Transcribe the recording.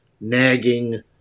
nagging